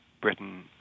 Britain